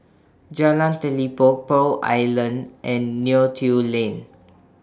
Jalan Telipok Pearl Island and Neo Tiew Lane